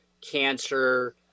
Cancer